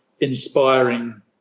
inspiring